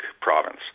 province